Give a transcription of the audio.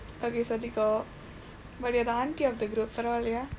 okay சொல்லிக்கோ:sollikkoo but you're the aunty of the group பரவாயில்லையா:paravaayillaiyaa